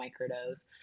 microdose